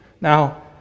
Now